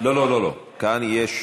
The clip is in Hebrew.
לא לא לא, כאן יש,